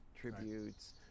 tributes